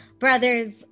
Brothers